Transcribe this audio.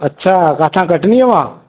अछा किथां कटनीअ मां